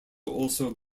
also